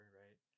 right